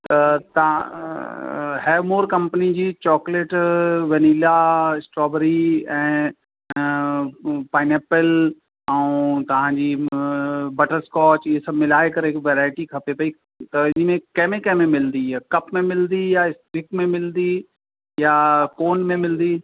त तव्हां हैवमोर कंपनी जी चॉक्लेट वेनीला स्ट्रोबरी ऐं पाइनेप्पल ऐं तव्हांजी बटरस्कॉच इहे सभु मिलाए करे हिकु वैराइटी खपे पेई त हिन कंहिं में कंहिं में मिलंदी इहा कप मिलंदी या स्टिक में मिलंदी या कोन में मिलंदी